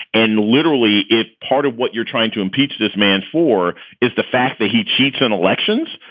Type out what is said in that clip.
and literally, if part of what you're trying to impeach this man for is the fact that he cheats in elections.